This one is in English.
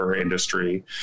industry